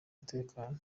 umutekano